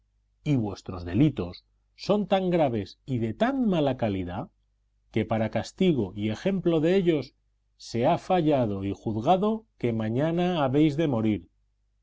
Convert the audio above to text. y vuestros delitos son tan graves y de tan mala calidad que para castigo y ejemplo de ellos se ha fallado y juzgado que mañana habéis de morir